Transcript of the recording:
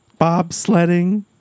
bobsledding